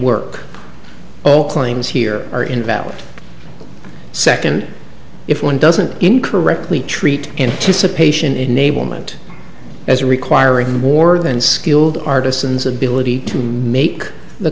work all claims here are invalid second if one doesn't incorrectly treat anticipation enablement as requiring more than skilled artisans ability to make the